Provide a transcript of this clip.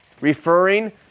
referring